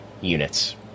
units